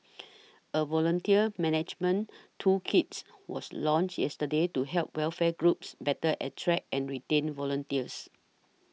a volunteer management toolkits was launched yesterday to help welfare groups better attract and retain volunteers